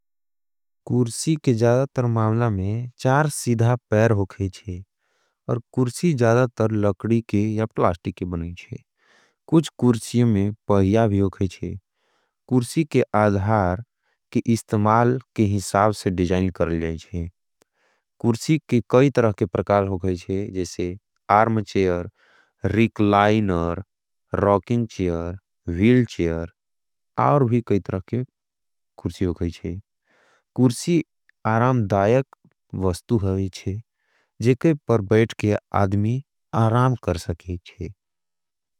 कुर्सी के जदातर मामला में चार सिधा पैर होगई ज़े और कुर्सी जदातर लकडी के या प्लास्टी के बनाई ज़े कुछ कुर्सी में पहिया भी होगई ज़े कुर्सी के आधार के इस्तमाल के हिसाब से डिजाइन कर ले ज़े कुर्सी के कई तरह के प्रकार होगई ज़े ज़ेसे arm chair, recliner, rocking chair, wheelchair और भी कई तरह के कुर्सी होगई ज़े कुर्सी आरामदायक वस्तु होगई ज़े जे के पर बैट के आदमी आराम कर सके ज़े।